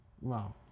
wow